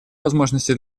возможности